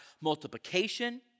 multiplication